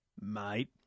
mate